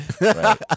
Right